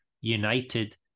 United